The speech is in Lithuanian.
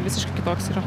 visiškai kitoks yra